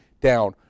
down